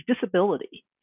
disability